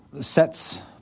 sets